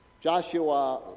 Joshua